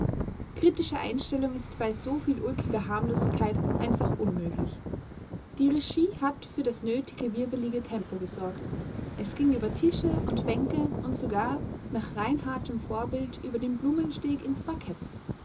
kritische einstellung ist bei soviel ulkiger harmlosigkeit einfach unmöglich die regie hat für das nötige wirbelige tempo gesorgt es ging über tische und bänke und sogar nach reinhardtschem vorbild über den blumensteg ins parkett